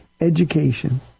education